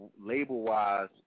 label-wise